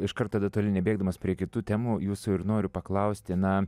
iš karto detaliai nebėgdamas prie kitų temų jūsų ir noriu paklausti na